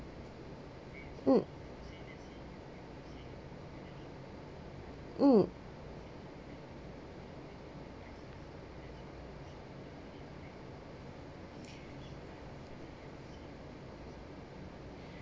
mm